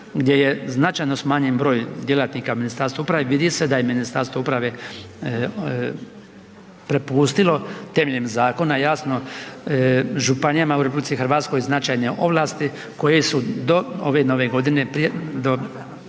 gdje je značajno smanjen broj djelatnika Ministarstva uprave, vidi se da je Ministarstvo uprave prepustilo temeljem zakona jasno, županijama u RH, značajne ovlasti koje su do ove nove godine, do 1.